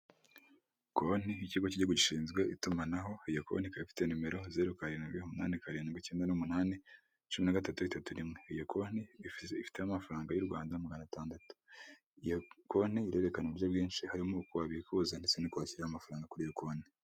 Konti y'ikigo k'igihugu gishinzwe itumanaho, iyo konti ikaba ifite nimero:zero karindwi; umunani; karindwi; icyenda n;umunani; cumi nagatutu; itatu rimwe. Iyo konti ifiteho amafaranga y'u Rwanda magana atandatu, iyo konti irerekana uburyo bwinshi harimo uko wabikuza ndetse ni uko washyiraho amafaranga kuri iyo nkonti.